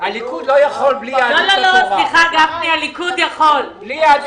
הליכוד לא יכול בלי יהדות התורה.